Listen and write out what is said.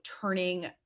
turning